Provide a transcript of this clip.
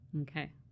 Okay